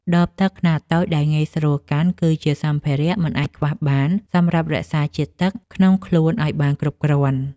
ដបទឹកខ្នាតតូចដែលងាយស្រួលកាន់ គឺជាសម្ភារៈមិនអាចខ្វះបានសម្រាប់រក្សាជាតិទឹកក្នុងខ្លួនឱ្យបានគ្រប់គ្រាន់។